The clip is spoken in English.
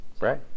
right